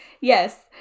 Yes